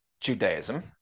Judaism